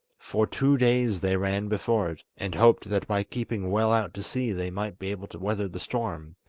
for two days they ran before it, and hoped that by keeping well out to sea they might be able to weather the storm,